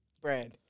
brand